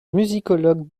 musicologue